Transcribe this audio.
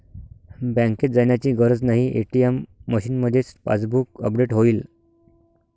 बँकेत जाण्याची गरज नाही, ए.टी.एम मशीनमध्येच पासबुक अपडेट होईल